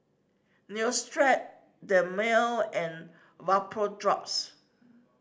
Neostrata Dermale and Vapodrops